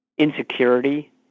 insecurity